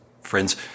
Friends